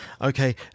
okay